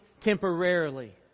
temporarily